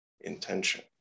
intention